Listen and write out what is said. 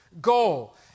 goal